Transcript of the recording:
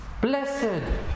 Blessed